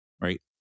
right